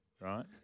Right